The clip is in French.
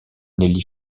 nelly